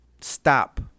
stop